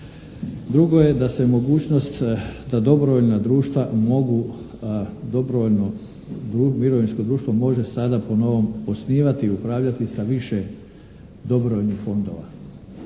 društva mogu dobrovoljno mirovinsko društvo može sada po novom osnivati i upravljati sa više dobrovoljnih fondova.